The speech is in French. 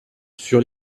sur